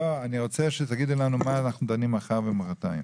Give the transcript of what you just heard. אני רוצה שתגידי לנו במה אנחנו דנים מחר ומוחרתיים.